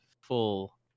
full